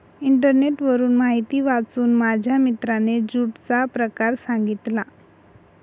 इंटरनेटवरून माहिती वाचून माझ्या मित्राने ज्यूटचा प्रकार सांगितला